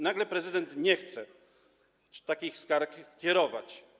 Nagle prezydent nie chce takich skarg kierować.